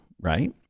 right